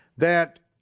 that